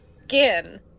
skin